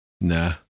Nah